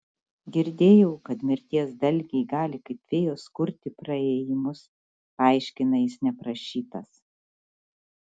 girdėjau kad mirties dalgiai gali kaip fėjos kurti praėjimus paaiškina jis neprašytas